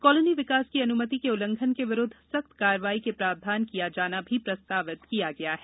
colony विकास की अनुमति के उल्लघंन के विरूद्व सख्त कार्रवाई के प्रावधान किया जाना प्रस्तावित किया गया है